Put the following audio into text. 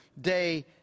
day